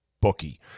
Bookie